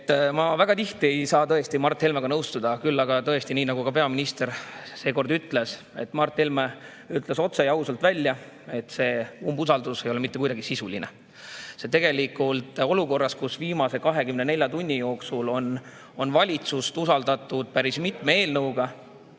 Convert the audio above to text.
saa väga tihti Mart Helmega nõustuda, küll aga tõesti – nii nagu ka peaminister seekord lausus –, Mart Helme ütles otse ja ausalt välja, et see umbusaldus ei ole mitte kuidagi sisuline. Olukorras, kus viimase 24 tunni jooksul on valitsust usaldatud päris mitme eelnõu